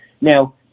Now